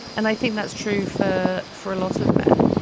and i think that's true for for a lot of men.